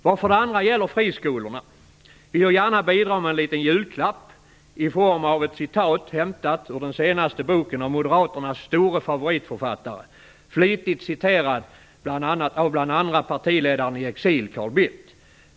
Vad för det andra gäller friskolorna vill jag gärna bidra med en liten julklapp i form av ett citat hämtat ur den senaste boken av moderaternas store favoritförfattare, flitigt citerad av bl.a. partiledaren i exil, Carl Bildt.